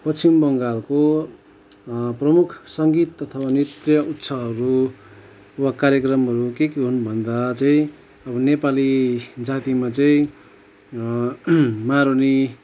पश्चिम बङ्गालको प्रमुख सङ्गीत अथवा नृत्य उत्सवहरू वा कार्यक्रमहरू के के हुन् भन्दा चाहिँ अब नेपाली जातिमा चाहिँ मारूनी